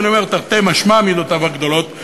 ואני אומר תרתי משמע מידותיו הגדולות,